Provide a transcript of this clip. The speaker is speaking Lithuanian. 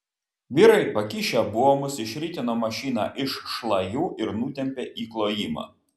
vyrai pakišę buomus išritino mašiną iš šlajų ir nutempė į klojimą